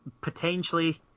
Potentially